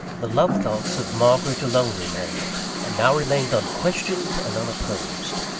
the love-thoughts of margaret alone remained, and now remained unquestioned and unopposed.